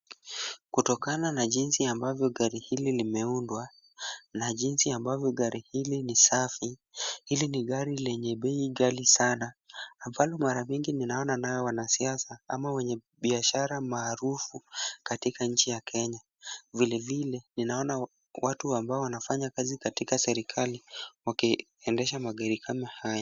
Kutokana na jinsi ambavyo gari hili limeundwa na jinsi ambavyo gari hili ni safi, hili ni gari lenye bei ghali sana, ambalo mara mingi ninaona nayo wanasiasa ama wenye biashara maarufu katika nchi ya Kenya. Vilevile ninaona watu ambao wanafanya kazi katika serikali wakiendesha magari kama haya.